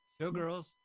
showgirls